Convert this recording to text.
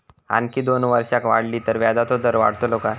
आणखी दोन वर्षा वाढली तर व्याजाचो दर वाढतलो काय?